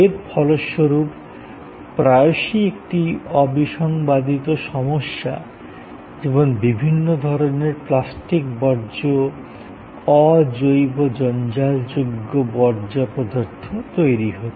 এর ফলস্বরূপ প্রায়শই একটি অবিসংবাদিত সমস্যা যেমন বিভিন্ন ধরণের প্লাস্টিক বর্জ্য অ জৈব জঞ্জালযোগ্য বর্জ্যপদার্থ তৈরী হচ্ছে